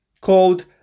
called